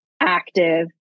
active